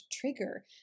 trigger